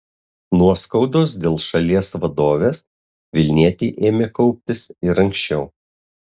nuoskaudos dėl šalies vadovės vilnietei ėmė kauptis ir anksčiau